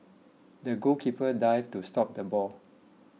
the goalkeeper dived to stop the ball